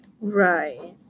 Right